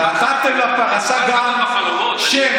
גם נתתם לפרשה שם,